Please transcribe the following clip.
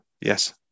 yes